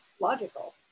logical